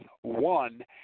One